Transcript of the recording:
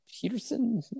Peterson